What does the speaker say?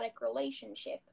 relationship